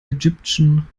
egyptian